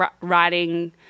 writing